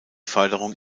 förderung